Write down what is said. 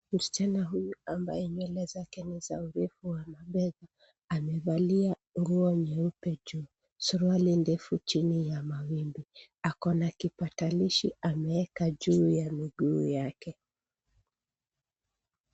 Msichana huyu ambaye nywele zake ni za urefu wa mabega amevalia nguo nyeupe juu, suruali ndefu chini ya mawimbi. Ako na kipakatalishi ameweka juu ya miguu yake.